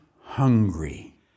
Hungry